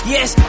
Yes